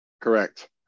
Correct